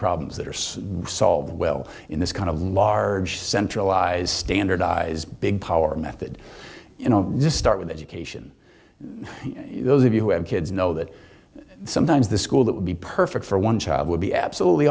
problems that are so solved well in this kind of large centralized standardized big power method you know just start with education those of you who have kids know that sometimes the school that would be perfect for one child would be absolutely